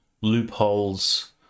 loopholes